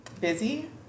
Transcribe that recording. busy